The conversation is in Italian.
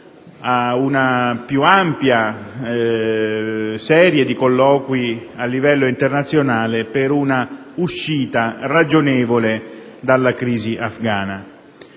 ad una più ampia serie di colloqui a livello internazionale per una uscita ragionevole dalla crisi afghana.